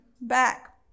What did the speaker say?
back